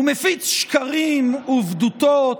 ולהפיץ שקרים ובדותות,